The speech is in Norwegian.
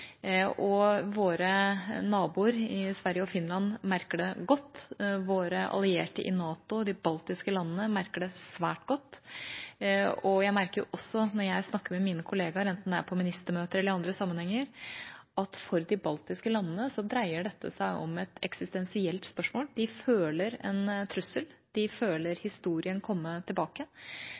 og våre naboer Sverige og Finland merker det godt. Våre allierte i NATO de baltiske landene merker det svært godt. Og jeg merker også når jeg snakker med mine kolleger, enten det er på ministermøter eller i andre sammenhenger, at for de baltiske landene dreier dette seg om et eksistensielt spørsmål. De føler en trussel, de føler historien komme tilbake,